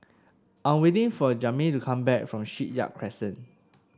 I'm waiting for Jaime to come back from Shipyard Crescent